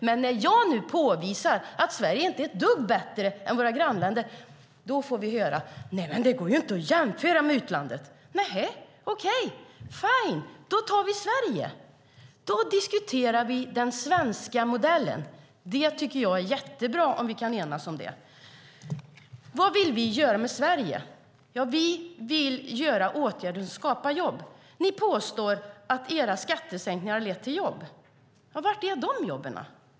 Men när jag nu påvisar att Sverige inte är ett dugg bättre än våra grannländer får vi höra att det inte går att jämföra med utlandet. Okej - fine, då tar vi Sverige! Då diskuterar vi den svenska modellen. Jag tycker att det är jättebra om vi kan enas om det. Vad vill vi göra med Sverige? Vi vill vidta åtgärder och skapa jobb. Ni påstår att era skattesänkningar har lett till jobb. Var är de jobben?